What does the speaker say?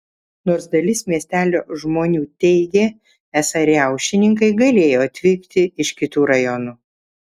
nors dalis miestelio žmonių teigė esą riaušininkai galėjo atvykti iš kitų rajonų